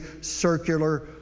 circular